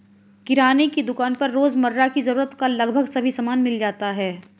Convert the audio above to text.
किराने की दुकान पर रोजमर्रा की जरूरत का लगभग सभी सामान मिल जाता है